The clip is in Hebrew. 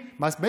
מס מצוין.